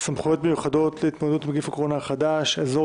סמכויות מיוחדות להתמודדות עם נגיף הקורונה החדש (אזור